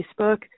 Facebook